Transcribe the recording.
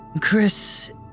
Chris